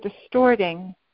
distorting